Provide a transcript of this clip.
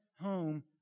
home